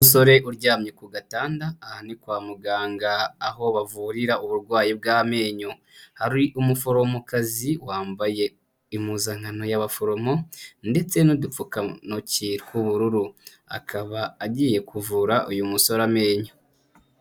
Umusore uryamye ku gatanda aha ni kwa muganga aho bavurira uburwayi bw'amenyo. Hari umuforomokazi wambaye impuzankano y'abaforomo ndetse n'udupfukantoki tw'ubururu, akaba agiye kuvura uyu musore amenyo.